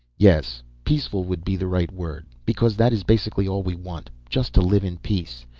yes, peaceful would be the right word. because that is basically all we want. just to live in peace.